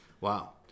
Wow